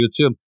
YouTube